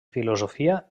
filosofia